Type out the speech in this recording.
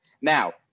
Now